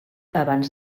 abans